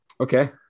Okay